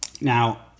Now